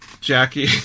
jackie